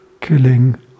killing